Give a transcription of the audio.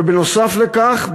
בנוסף לכך,